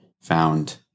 found